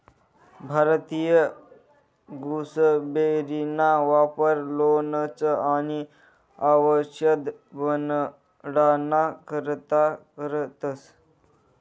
भारतीय गुसबेरीना वापर लोणचं आणि आवषद बनाडाना करता करतंस